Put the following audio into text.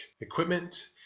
equipment